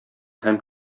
һәм